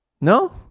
No